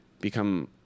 become